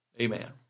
Amen